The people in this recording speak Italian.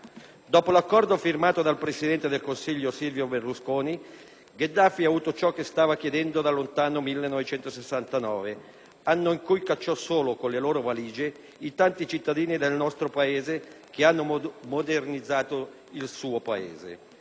Dopo l'accordo firmato dal presidente del Consiglio Silvio Berlusconi, Gheddafi ha avuto ciò che stava chiedendo dal lontano 1969, anno in cui cacciò solo con le loro valigie i tanti cittadini del nostro Paese che hanno modernizzato il suo Paese.